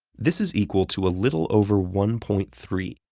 this is equal to a little over one point three,